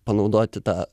panaudoti tą